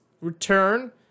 return